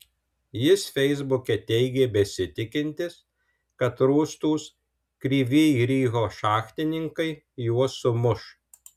jis feisbuke teigė besitikintis kad rūstūs kryvyj riho šachtininkai juos sumuš